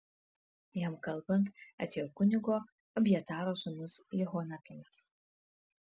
jam kalbant atėjo kunigo abjataro sūnus jehonatanas